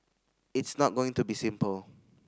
it's not going to be simple